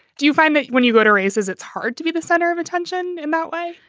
do you find that when you go to races, it's hard to be the center of attention about why?